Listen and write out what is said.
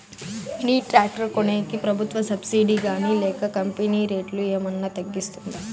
Mini tractor కొనేకి ప్రభుత్వ subsidy గాని లేక కంపెని రేటులో ఏమన్నా తగ్గిస్తుందా?